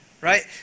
right